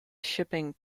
shipping